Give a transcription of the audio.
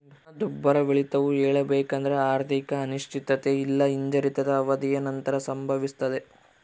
ಹಣದುಬ್ಬರವಿಳಿತವು ಹೇಳಬೇಕೆಂದ್ರ ಆರ್ಥಿಕ ಅನಿಶ್ಚಿತತೆ ಇಲ್ಲಾ ಹಿಂಜರಿತದ ಅವಧಿಯ ನಂತರ ಸಂಭವಿಸ್ತದೆ